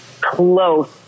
close